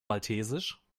maltesisch